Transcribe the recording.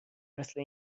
مثل